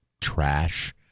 trash